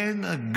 כן,